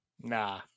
Nah